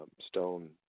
stone